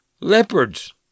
leopards